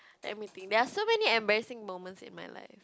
let me think there're so many embarrassing moments in my life